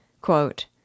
Quote